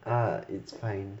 uh it's fine